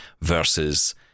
versus